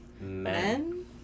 men